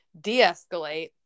de-escalate